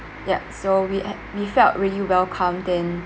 yup so we we felt really welcomed then